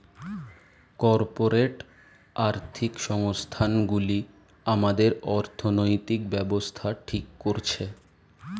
corporate আর্থিক সংস্থান গুলি আমাদের অর্থনৈতিক ব্যাবস্থা ঠিক করছে